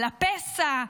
על ה"פסע",